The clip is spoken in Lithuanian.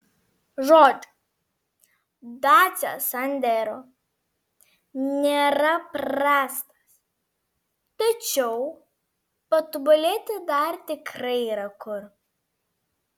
žodžiu dacia sandero nėra prastas tačiau patobulėti dar tikrai yra kur